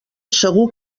segur